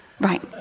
right